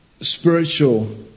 spiritual